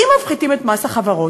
אם מפחיתים את מס החברות,